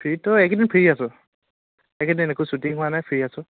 ফ্ৰীটো এই কেইদিন ফ্ৰী আছোঁ এই কেইদিন একো শ্বুটিং হোৱা নাই ফ্ৰী আছোঁ